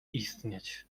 istnieć